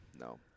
No